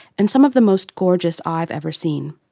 and some of the most gorgeous i've ever seen!